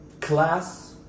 class